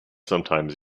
sometimes